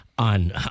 on